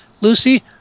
Lucy